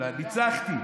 אלא: ניצחתי,